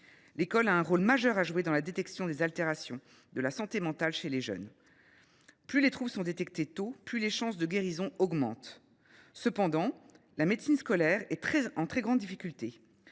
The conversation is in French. L’école a un rôle majeur à jouer dans la détection des altérations de la santé mentale chez les jeunes. Plus les troubles sont détectés tôt, plus les chances de guérison augmentent. Cependant, la médecine scolaire est en très grande difficulté.